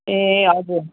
ए हजुर